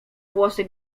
włosy